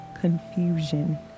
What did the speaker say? confusion